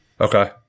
okay